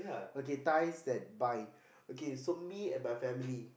okay ties that bind okay so me and my family